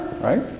right